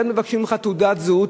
מייד מבקשים ממך תעודת זהות,